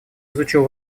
изучил